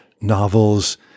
novels